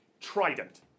Trident